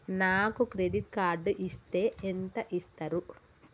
నాకు credit card ఇస్తే ఎంత ఇస్తరు?